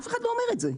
אף אחד לא אומר את זה,